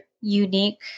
unique